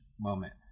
moment